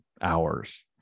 hours